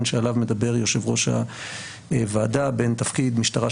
שעליו מדבר יושב-ראש הוועדה בין תפקיד משטרה,